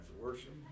worship